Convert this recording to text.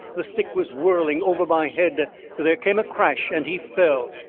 the stick was whirling over my head there came a crash and he fell.